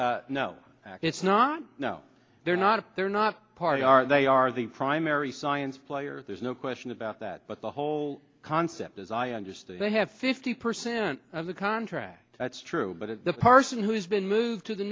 no no it's not no they're not they're not part of our they are the primary science player there's no question about that but the whole concept as i understand they have fifty percent of the contract that's true but the parson has been moved to the